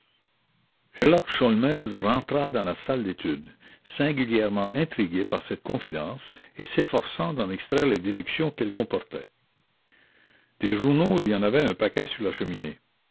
rentra dans la salle d'études singulièrement intrigué par cette confidence et s'efforçant d'en extraire les déductions qu'elle comportait des journaux il y en avait un paquet sur la cheminée